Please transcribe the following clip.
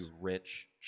rich